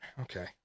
okay